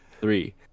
three